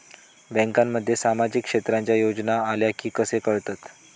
बँकांमध्ये सामाजिक क्षेत्रांच्या योजना आल्या की कसे कळतत?